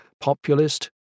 populist